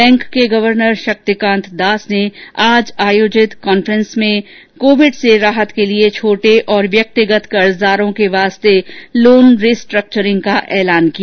bank के governor Shaktikanta Das ने आज आयोजित कांफ्रेंस में कोविड से राहत के लिये छोटे और व्यक्तिगत कर्जदारों के वास्ते लोन रिस्ट्रक्वरिंग का ऐलान किया